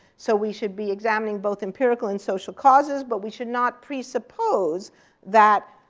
so we should be examining both empirical and social causes, but we should not presuppose that